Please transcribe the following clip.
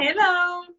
Hello